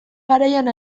garaian